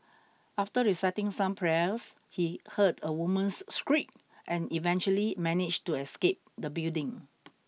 after reciting some prayers he heard a woman's shriek and eventually managed to escape the building